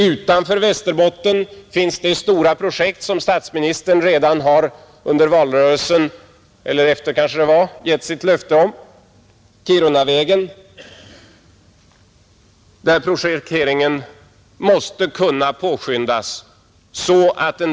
Utanför Västerbotten finns också det stora projekt som statsministern redan under valrörelsen — eller var det kanske efter valrörelsen — har gett löfte om Kirunavägen, där projekteringen måste kunna påskyndas.